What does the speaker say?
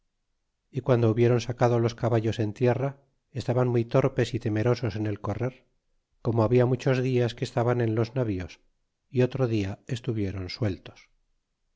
y guando hubiéron sacado los caballos en tierra estaban muy torpes y temerosos en el correr como habia muchos dias que estaban en los navíos y otro dia estuviéron sueltos